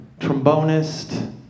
trombonist